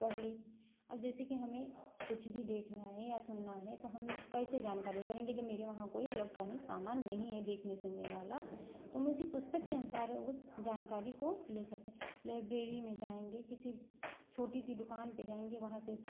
पढ़ ली अब जैसे कि हमें कुछ भी देखना है या सुनना है तो हमें कैसे जानकारी करेंगे जब मेरे वहाँ कोई इलेक्ट्रॉनिक सामान नहीं है देखने सुनने वाला तो मैं उसी पुस्तक के अनुसार उस जानकारी को ले सकें लाइब्रेरी में जाएंगे किसी छोटी सी दुकान पे जाएंगे वहाँ से